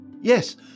Yes